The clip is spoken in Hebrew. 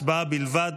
הצבעה בלבד.